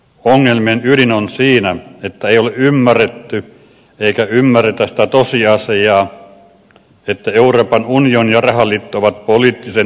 ongelmien ydin on siinä että ei ole ymmärretty eikä ymmärretä sitä tosiasiaa että euroopan unioni ja rahaliitto ovat poliittisen toiveajattelun tulosta